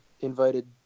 invited